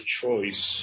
choice